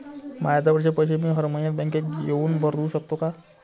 मायाजवळचे पैसे मी हर मइन्यात बँकेत येऊन भरू सकतो का?